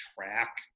track